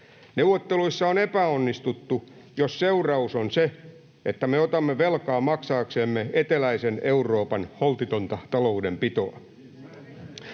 Neuvotteluissa on epäonnistuttu, jos seuraus on se, että me otamme velkaa maksaaksemme eteläisen Euroopan holtitonta taloudenpitoa.